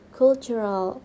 cultural